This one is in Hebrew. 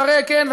אז הרי כן,